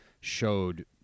showed